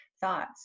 thoughts